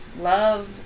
Love